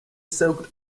soaked